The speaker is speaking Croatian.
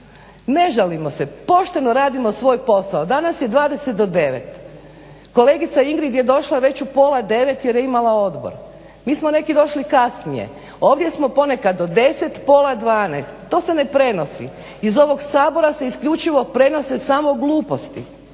Ne žalimo se. Pošteno radimo svoj posao. Danas je 20 do devet. Kolegica Ingrid je došla već u pola 9 jer je imala odbor. Mi smo neki došli kasnije. Ovdje smo ponekad do 10, pola 12. To se ne prenosi. Iz ovog Sabora se isključivo prenose samo gluposti.